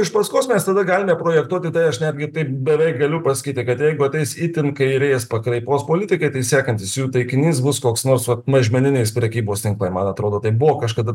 iš paskos mes tada galime projektuoti tai aš netgi taip beveik galiu pasakyti kad jeigu ateis itin kairės pakraipos politikai tai sekantis jų taikinys bus koks nors vat mažmeninės prekybos tinklai man atrodo tai buvo kažkada